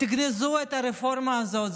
תגנזו את הרפורמה הזאת.